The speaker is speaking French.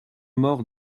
maur